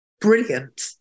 Brilliant